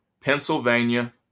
Pennsylvania